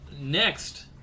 next